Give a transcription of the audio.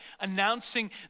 Announcing